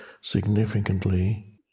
significantly